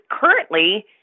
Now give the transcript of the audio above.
currently